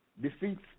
defeats